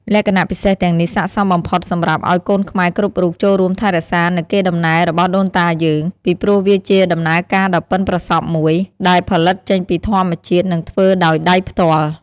លក្ខណៈពិសេសទាំងនេះស័ក្តិសមបំផុតសម្រាប់ឲ្យកូនខ្មែរគ្រប់រូបចូលរួមថែរក្សានៅកេរតំណែលរបស់ដូនតាយើង ពីព្រោះវាជាដំណើរការដ៏បុិនប្រសព្វមួយ ដែលផលិតចេញពីធម្មជាតិនិងធ្វើដោយដៃផ្ទាល់។